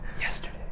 Yesterday